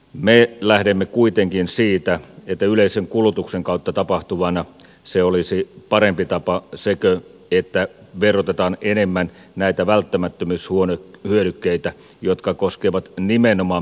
me lähdemme kuitenkin siitä että yleisen kulutuksen kautta tapahtuvana se olisi parempi tapa kuin se että verotetaan enemmän näitä välttämättömyyshyödykkeitä jotka koskevat nimenomaan pienituloisia